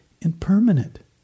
impermanent